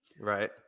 right